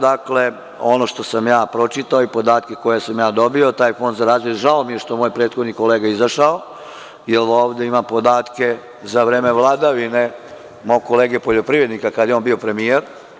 Dakle, ono što sam ja pročitao i podatke koje sam ja dobio, žao mi je što je moj prethodni kolega izašao, jer ovde ima podatke za vreme vladavine mog kolege poljoprivrednika, kada je on bio premijer.